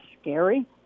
scary